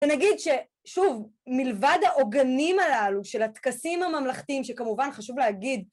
נגיד ששוב מלבד העוגנים הללו של הטקסים הממלכתיים שכמובן חשוב להגיד